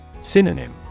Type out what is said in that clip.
Synonym